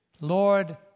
Lord